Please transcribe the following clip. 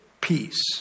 peace